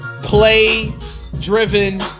Play-driven